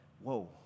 whoa